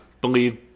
believe